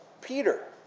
Peter